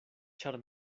ĉar